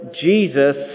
Jesus